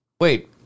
Wait